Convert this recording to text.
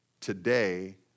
today